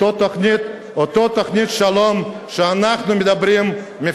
אותה תוכנית שלום שאנחנו מדברים עליה,